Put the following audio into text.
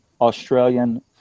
Australian